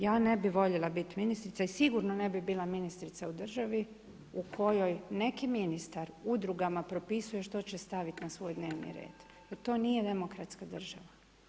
Ja ne bi voljela bit ministrica i sigurno ne bi bila ministrica u državi u kojoj neki ministar nekim Udrugama propisuje što će stavit na svoj dnevni red jer to nije demokratska država.